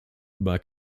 über